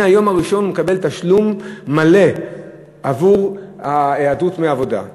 מהיום הראשון הוא מקבל תשלום מלא עבור ההיעדרות מהעבודה,